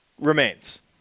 remains